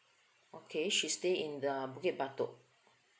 okay she stay in the bukit batok